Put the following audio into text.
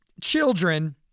children